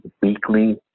weekly